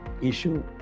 issue